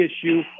issue